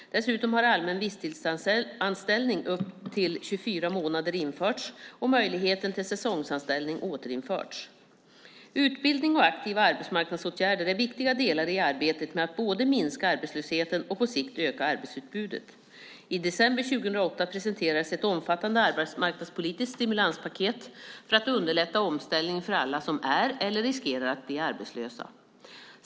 Dessutom har allmän visstidsanställning i upp till 24 månader införts och möjligheten till säsongsanställning återinförts. Utbildning och aktiva arbetsmarknadsåtgärder är viktiga delar i arbetet med att både minska arbetslösheten och på sikt öka arbetsutbudet. I december 2008 presenterades ett omfattande arbetsmarknadspolitiskt stimulanspaket för att underlätta omställningen för alla som är eller riskerar att bli arbetslösa.